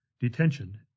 detention